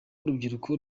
urubyiruko